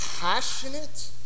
passionate